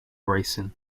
racing